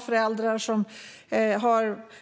Föräldrar som